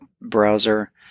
browser